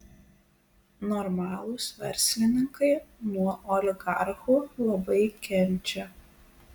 normalūs verslininkai nuo oligarchų labai kenčia